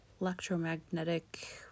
electromagnetic